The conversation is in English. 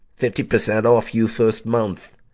fifty percent off you first month.